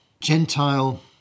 Gentile